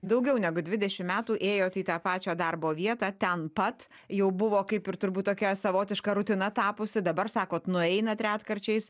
daugiau negu dvidešim metų ėjot į tą pačią darbo vietą ten pat jau buvo kaip ir turbūt tokia savotiška rutina tapusi dabar sakot nueinat retkarčiais